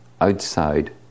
outside